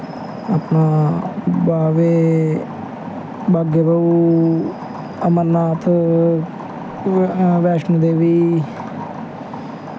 बाह्वे बाह्गे बहू अमगनाथ वैष्णो देवी